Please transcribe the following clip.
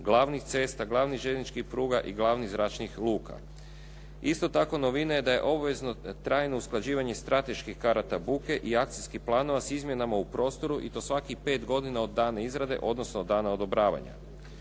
glavnih cesta, glavnih željezničkih pruga i glavnih zračnih luka. Isto tako novina je da je obvezno trajno usklađivanje strateških karata buke i akcijskih planova s izmjenama u prostoru i to svakih 5 godina od dana izrade, odnosno od dana odobravanja.